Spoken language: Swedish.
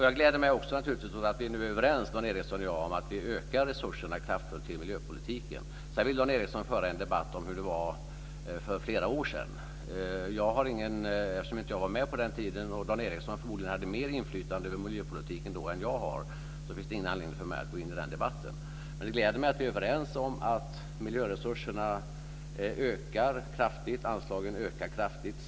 Jag gläder mig naturligtvis också åt att vi nu är överens, Dan Ericsson och jag, om att vi ökar resurserna till miljöpolitiken kraftfullt. Sedan vill Dan Ericsson föra en debatt om hur det var för flera år sedan. Eftersom jag inte var med på den tiden, och eftersom Dan Ericsson förmodligen hade mer inflytande över miljöpolitiken då än jag har, finns det ingen anledning för mig att gå in i den debatten. Det gläder mig att vi är överens om att miljöresurserna ökar, att anslagen ökar kraftigt.